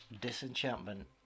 Disenchantment